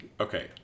Okay